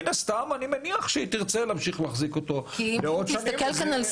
מניח שתרצה להמשיך בהחזקתו גם בעתיד.